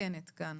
ומתקנת כאן